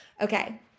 Okay